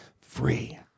free